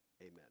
Amen